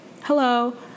Hello